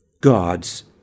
God's